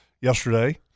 yesterday